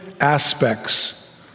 aspects